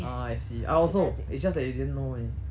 ah I see I also it's just that you didn't know only